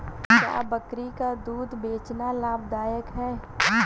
क्या बकरी का दूध बेचना लाभदायक है?